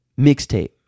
mixtape